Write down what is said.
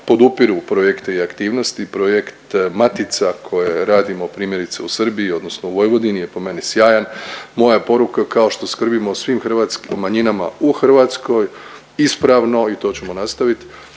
podupiru projekte i aktivnosti. Projekte matica koje radimo primjerice u Srbiji odnosno u Vojvodini je po meni sjajan. Moja poruka kao što skrbimo o svim hrvatskim manjinama u Hrvatskoj, ispravno i to ćemo nastavit